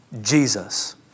Jesus